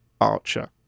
Archer